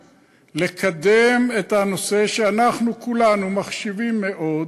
לקדם את הנושא שאנחנו כולנו מחשיבים מאוד,